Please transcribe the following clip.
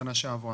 בשנה שעברה,